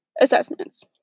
assessments